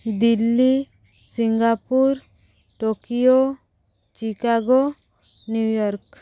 Delhi Singapore Tokyo Chicago New York